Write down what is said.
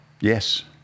Yes